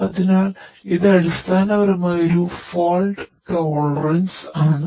അതിനാൽ ഇത് അടിസ്ഥാനപരമായി ഫാൾട് ടോളറൻസ് ആണ്